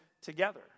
together